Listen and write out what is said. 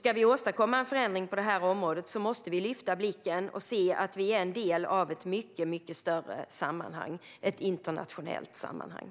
Ska vi åstadkomma en förändring på det här området måste vi lyfta blicken och se att vi är en del av ett mycket större sammanhang, ett internationellt sammanhang.